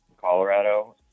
Colorado